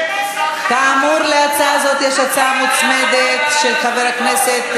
צבוע, השר שלך.